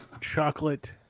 chocolate